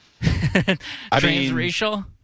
Transracial